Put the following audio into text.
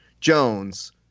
Jones